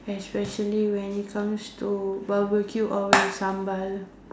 especially when it comes to barbecue or with sambal